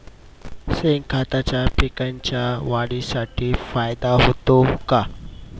शेणखताचा पिकांच्या वाढीसाठी फायदा होतो का?